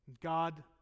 God